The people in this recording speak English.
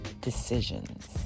decisions